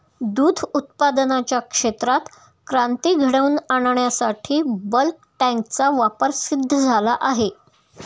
दूध उत्पादनाच्या क्षेत्रात क्रांती घडवून आणण्यासाठी बल्क टँकचा वापर सिद्ध झाला आहे